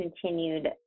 continued